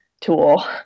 tool